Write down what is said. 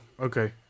okay